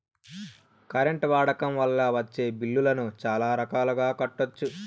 current వాడకం వల్ల వచ్చే బిల్లులను చాలా రకాలుగా కట్టొచ్చు